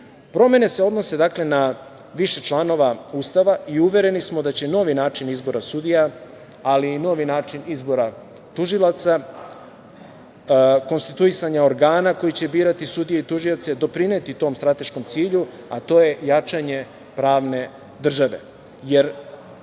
se odnese na više članova Ustava i uvereni smo da će novi način izbora sudija, ali i novi način izbora tužilaca, konstituisanje organa koje će birati sudije i tužioci, doprineti tom strateškom cilju, a to je jačanje pravne države.